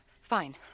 Fine